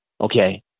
okay